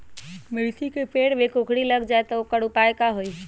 मिर्ची के पेड़ में कोकरी लग जाये त वोकर उपाय का होई?